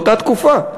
באותה תקופה.